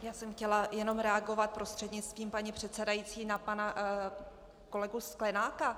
Já jsem chtěla jen reagovat prostřednictvím paní předsedající na pana kolegu Sklenáka.